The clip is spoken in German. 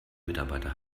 mitarbeiter